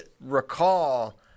recall